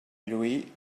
lluir